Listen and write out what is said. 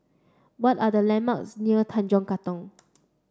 what are the landmarks near Tanjong Katong